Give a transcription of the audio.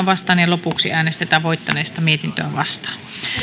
vastaan lopuksi äänestetään voittaneesta mietintöä vastaan